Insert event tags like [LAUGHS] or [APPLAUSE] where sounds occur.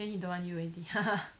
then he don't want you already [LAUGHS]